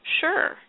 sure